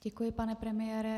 Děkuji, pane premiére.